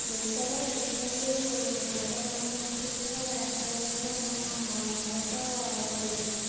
ଦେଶର ସବୁଠାରୁ ବଡ଼ ଗଣତାନ୍ତ୍ରିକ ରାଷ୍ଟ୍ର ଭାବରେ ଆମ ଭାରତ ପରିଚିତ